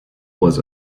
was